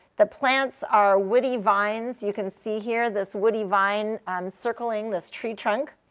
the plants are woody vines. you can see here this woody vine circling this tree trunk.